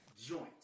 Joint